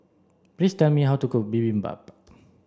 please tell me how to cook Bibimbap